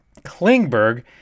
Klingberg